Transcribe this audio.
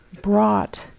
brought